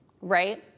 right